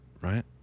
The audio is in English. right